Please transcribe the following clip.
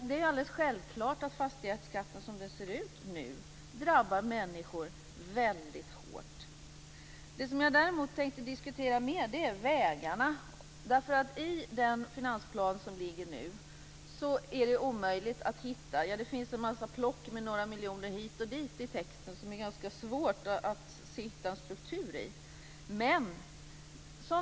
Det är alldeles självklart att fastighetsskatten som den ser ut nu drabbar människor väldigt hårt. Det som jag tänkte diskutera mer är vägarna. I den finansplan som nu ligger finns det en massa plock i texten med några miljoner hit och dit. Det är ganska svårt att hitta en struktur i detta.